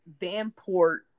Vanport